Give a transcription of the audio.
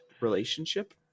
relationship